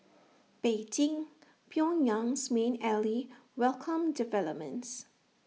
Beijing Pyongyang's main ally welcomed developments